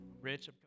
Rich